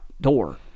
door